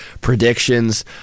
predictions